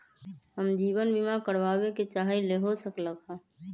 हम जीवन बीमा कारवाबे के चाहईले, हो सकलक ह?